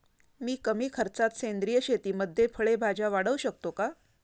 मी कमी खर्चात सेंद्रिय शेतीमध्ये फळे भाज्या वाढवू शकतो का?